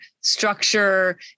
structure